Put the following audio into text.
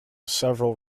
several